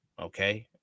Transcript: Okay